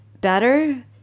better